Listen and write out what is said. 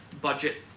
budget